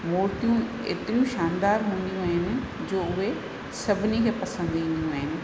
मुर्तियूं एतिरियूं शानदारु हूंदियूं आहिनि जो उहे सभिनी खे पसंदि ईंदियूं आहिनि